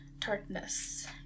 tartness